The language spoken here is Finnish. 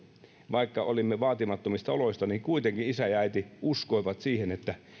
vaikka olimme vaatimattomista oloista niin kuitenkin isä ja äiti uskoivat siihen että